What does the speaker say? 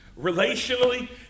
relationally